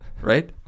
Right